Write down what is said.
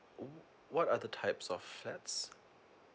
oh what are the types of flats